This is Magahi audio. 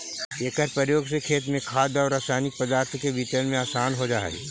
एकर प्रयोग से खेत में खाद औउर रसायनिक पदार्थ के वितरण में आसान हो जा हई